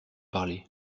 parler